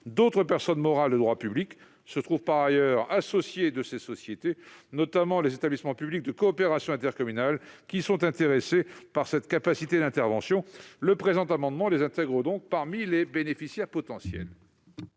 D'autres personnes morales de droit public se trouvent, par ailleurs, associées de ces sociétés, notamment les établissements publics de coopération intercommunale qui sont intéressés par cette capacité d'intervention. L'amendement vise donc à les intégrer parmi les bénéficiaires potentiels.